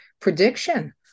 prediction